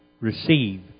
receive